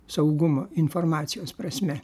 saugumo informacijos prasme